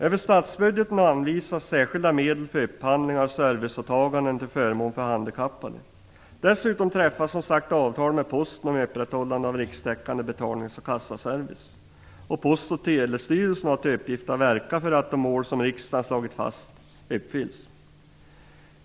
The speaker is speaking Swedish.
Över statsbudgeten anvisas särskilda medel för upphandling av serviceåtaganden till förmån för handikappade. Dessutom träffas som sagt avtal med Posten om upprätthållande av rikstäckande betalnings och kassaservice. Post och telestyrelsen har till uppgift att verka för att de mål som riksdagen har slagit fast uppfylls.